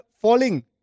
falling